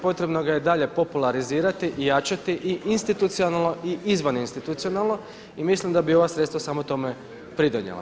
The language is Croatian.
Potrebno ga je i dalje popularizirati, jačati i institucionalno i izvaninstitucionalno i mislim da bi ova sredstva samo tome pridonijela.